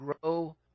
grow